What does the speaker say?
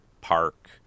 park